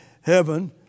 heaven